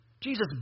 Jesus